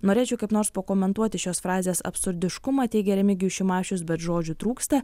norėčiau kaip nors pakomentuoti šios frazės absurdiškumą teigė remigijus šimašius bet žodžių trūksta